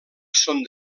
són